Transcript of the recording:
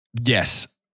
Yes